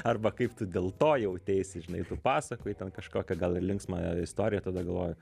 arba kaip tu dėl to jauteisi žinai tu pasakoji ten kažkokią gal ir linksmą istoriją tada galvoju